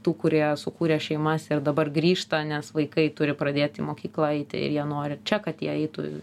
tų kurie sukūrė šeimas ir dabar grįžta nes vaikai turi pradėti į mokyklą eiti ir jie nori čia kad jie eitų